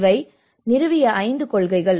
இவை அவை நிறுவிய 5 கொள்கைகள்